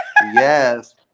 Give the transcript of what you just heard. Yes